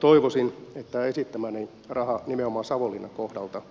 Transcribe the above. toivoisin että tämä esittämäni raha nimenomaan savonlinnan kohdalta